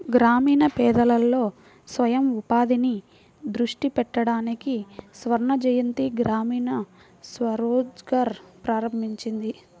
గ్రామీణ పేదలలో స్వయం ఉపాధిని దృష్టి పెట్టడానికి స్వర్ణజయంతి గ్రామీణ స్వరోజ్గార్ ప్రారంభించింది